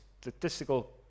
statistical